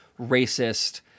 racist